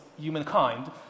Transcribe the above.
humankind